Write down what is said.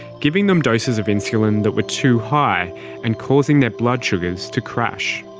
giving them doses of insulin that were too high and causing their blood sugars to crash.